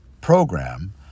program